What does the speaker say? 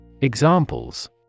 Examples